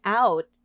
out